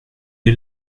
est